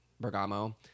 Bergamo